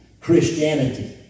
Christianity